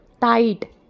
Tight